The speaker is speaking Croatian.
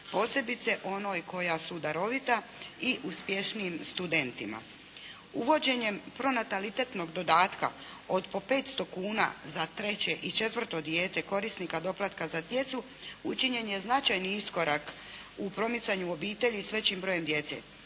posebice onoj koja su darovita i uspješnijim studentima. Uvođenjem pronatalitetnog dodatka od po petsto kuna za treće i četvrto dijete korisnika doplatka za djecu, učinjen je značajni iskorak u promicanju obitelji s većim brojem djece,